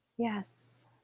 Yes